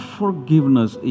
forgiveness